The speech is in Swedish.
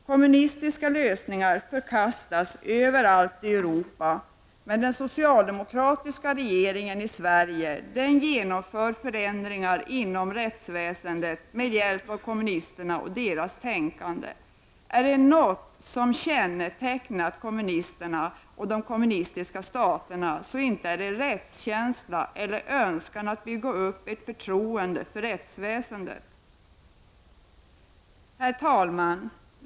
Kommunistiska lösningar förkastas överallt i Europa, men den socialdemokratiska regeringen i Sverige genomför förändringar inom rättsväsendet med hjälp av kommunisterna och deras tänkande. Är det något som har kännetecknat kommunisterna och de kom munistiska staterna så inte är det rättskänsla eller önskan att bygga upp ett förtroende för rättsväsendet. Herr talman!